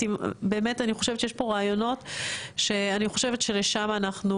ואני חושבת שיש פה רעיונות שאני חושבת שלשם אנחנו